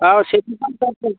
हाव शेती पण करतो